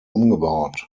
umgebaut